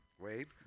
Wait